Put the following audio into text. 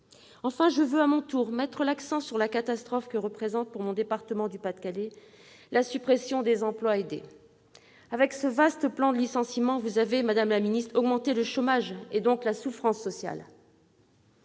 Enfin, je veux, à mon tour, mettre l'accent sur la catastrophe que représente pour mon département du Pas-de-Calais la suppression des emplois aidés. Avec ce vaste plan de licenciements, vous avez, madame la ministre, augmenté le chômage, donc la souffrance sociale.